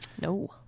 no